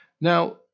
Now